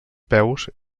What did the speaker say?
peus